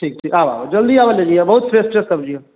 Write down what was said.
ठीक ठीक आबऽ आबऽ जल्दी आबऽ लऽ लिहऽ बहुत फ्रेश फ्रेश सब्जी हऽ